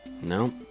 No